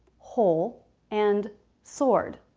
whole and sword.